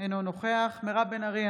אינו נוכח מירב בן ארי,